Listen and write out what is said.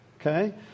okay